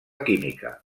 química